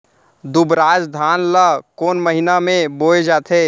दुबराज धान ला कोन महीना में बोये जाथे?